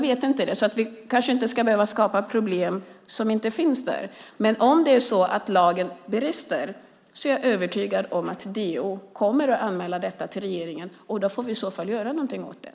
Vi kanske inte behöver skapa problem som inte finns. Men om lagen brister är jag övertygad om att DO kommer att anmäla detta till regeringen. I så fall får vi göra någonting åt det.